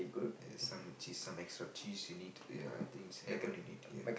add some more cheese some extra cheese you need I think seven you need ya